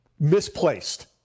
Misplaced